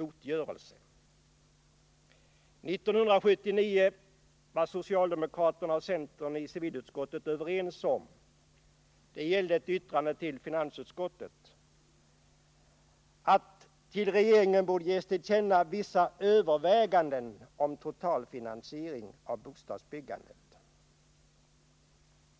År 1979 var socialdemokrater och centerpartister i civilutskottet — det gällde ett yttrande till finansutskottet — överens om att regeringen borde ges till känna vissa överväganden om totalfinansieringen av bostadsbyggandet.